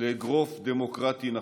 לאגרוף דמוקרטי נכון.